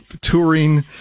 touring